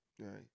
Right